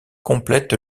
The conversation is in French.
complète